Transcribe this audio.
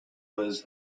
was